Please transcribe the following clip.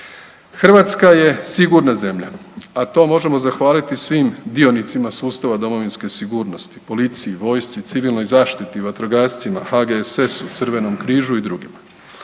Hrvatska je sigurna zemlja, a to možemo zahvaliti svim dionicima sustava domovinske sigurnosti, policiji, vojsci, civilnoj zaštiti, vatrogascima, HGSS-u, crvenom križu i drugima.